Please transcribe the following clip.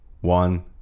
one